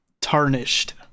tarnished